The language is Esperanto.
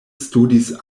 studis